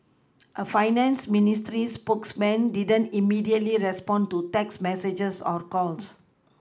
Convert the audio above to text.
a finance ministry spokesperson didn't immediately respond to text messages or calls